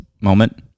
moment